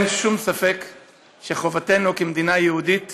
אין שום ספק שחובתנו כמדינה יהודית